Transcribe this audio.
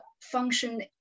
function